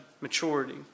maturity